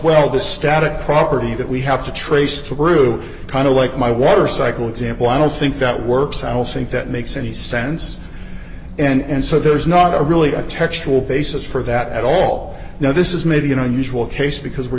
well the static property that we have to trace through kind of like my water cycle example i don't think that works i'll see if that makes any sense and so there's not a really a textual basis for that at all now this is maybe you know unusual case because we're